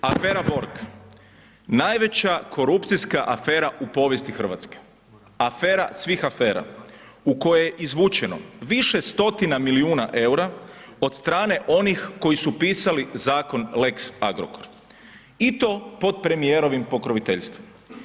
Prvo afera Borg, najveća korupcijska afera u povijesti Hrvatske, afera svih afera u kojoj je izvučeno više stotina milijuna EUR-a od strane onih koji su pisali zakon lex Agrokor i to pod premijerovim pokroviteljstvom.